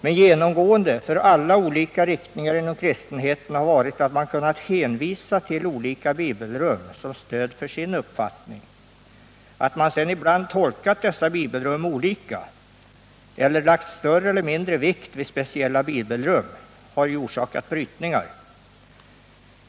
Men genomgående för alla olika riktningar inom kristenheten har varit att man har kunnat hänvisa till olika bibelrum som stöd för sin uppfattning. Att man sedan ibland har tolkat dessa bibelrum olika eller lagt större eller mindre vikt vid speciella bibelrum har orsakat brytningar.